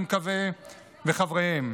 וחבריהם.